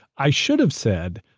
i should've said,